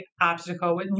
obstacle